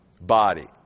body